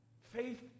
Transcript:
faith